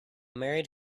married